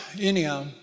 anyhow